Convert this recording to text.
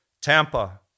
Tampa